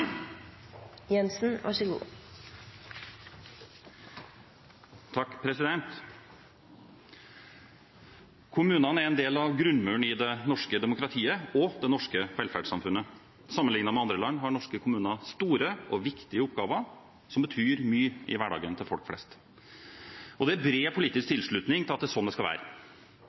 Kommunene er en del av grunnmuren i det norske demokratiet og det norske velferdssamfunnet. Sammenlignet med andre land har norske kommuner store og viktige oppgaver som betyr mye i hverdagen til folk flest. Det er bred politisk tilslutning til at det er sånn det skal være.